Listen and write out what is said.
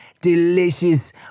delicious